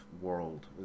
world